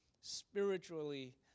spiritually